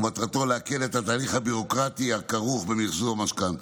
ומטרתו להקל את התהליך הביורוקרטי הכרוך במחזור המשכנתה.